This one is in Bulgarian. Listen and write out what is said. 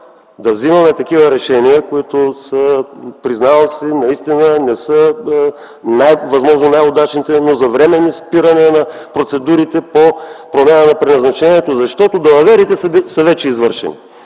да вземаме такива решения, които, признавам си, наистина не са възможно най-удачните, но са за временно спиране на процедурите по промяна на предназначението, защото далаверите са вече извършени.